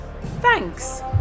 Thanks